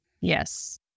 Yes